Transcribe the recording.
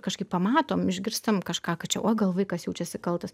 kažkaip pamatom išgirstam kažką kad čia o gal vaikas jaučiasi kaltas